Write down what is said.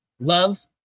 Love